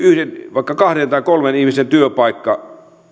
vaikka kahdelle tai kolmelle ihmiselle työpaikka